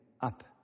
up